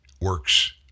works